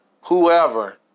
whoever